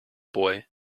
boy